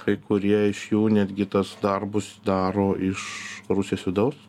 kai kurie iš jų netgi tas darbus daro iš rusijos vidaus